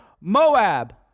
Moab